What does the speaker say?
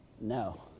No